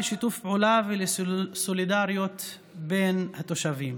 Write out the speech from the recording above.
לשיתוף פעולה ולסולידריות בין התושבים.